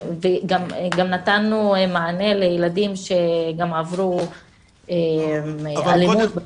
נתנו גם מענה לילדים שעברו אלימות בבית,